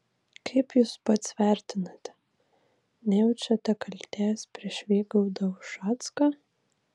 kaip jūs pats vertinate nejaučiate kaltės prieš vygaudą ušacką